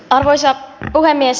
arvoisa puhemies